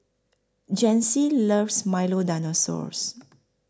Janyce loves Milo Dinosaur